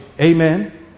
Amen